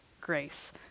grace